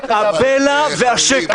הבלע והשקר.